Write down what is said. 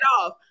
off